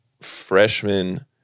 freshman